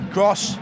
Cross